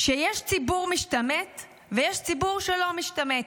יש ציבור משתמט ויש ציבור שלא משתמט,